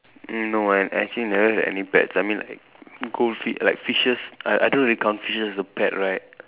mm no eh actually never had any pets I mean like goldfi like fishes I I don't really count fishes as a pet right